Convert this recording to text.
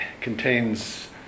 contains